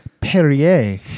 Perrier